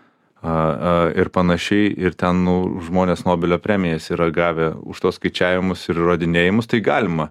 a a ir panašiai ir ten nu žmonės nobelio premijas yra gavę už tuos skaičiavimus ir įrodinėjimus tai galima